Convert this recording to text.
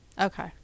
Okay